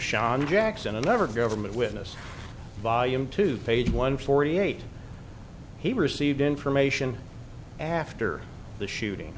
shon jackson a never government witness volume two page one forty eight he received information after the shooting